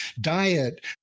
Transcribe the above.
diet